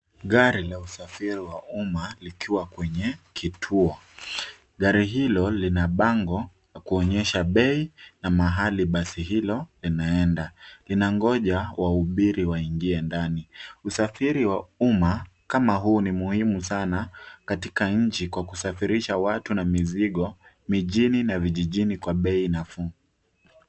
Gari la usafiri wa umma likiwa kwenye kituo. Gari hilo lina bango la kuonyesha bei na mahali basi hilo kunaenda. Linangoja waabiri waingie ndani. Usafiri wa umma kama huu ni muhimu sana katika nchi Kwa kusafirisha watu na mizigo mijini na vijijini Kwa bei nafuu.